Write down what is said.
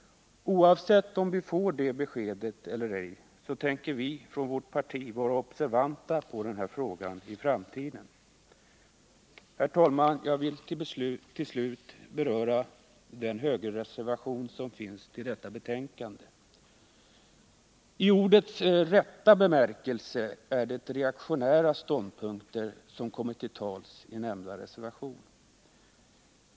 Oavsett om vi får det beskedet eller ej tänker vårt parti vara observanta på denna fråga i framtiden. Herr talman! Jag vill till slut beröra den högerreservation som finns till detta betänkande. I ordets rätta bemärkelse är det reaktionära ståndpunkter som kommer till uttryck i nämnda reservation.